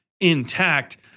intact